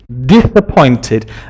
disappointed